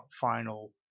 final